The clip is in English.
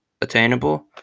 attainable